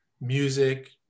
Music